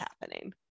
happening